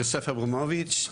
יוסף אברמוביץ'.